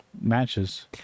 matches